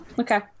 Okay